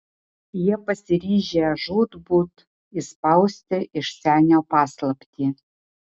jie pasiryžę žūtbūt išspausti iš senio paslaptį